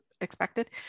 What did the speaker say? expected